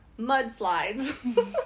mudslides